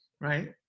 right